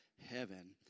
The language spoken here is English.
heaven